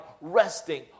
resting